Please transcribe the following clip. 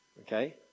okay